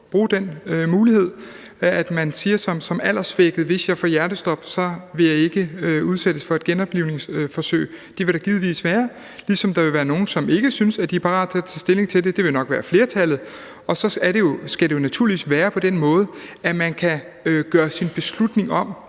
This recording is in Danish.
altså at sige, at hvis de som alderssvækkede får hjertestop, vil de ikke udsættes for et genoplivningsforsøg – det vil der givetvis være – ligesom der vil være nogle, som ikke synes, at de er parat til at tage stilling til det; det vil nok være flertallet. Og så skal det naturligvis være på den måde, at man kan gøre sin beslutning om